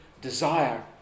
desire